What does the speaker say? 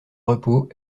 repos